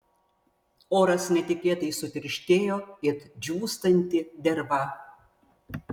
oras netikėtai sutirštėjo it džiūstanti derva